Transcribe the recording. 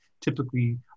typically